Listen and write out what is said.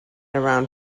around